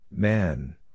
Man